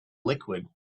liquid